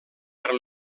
per